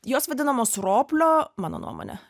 jos vadinamos roplio mano nuomone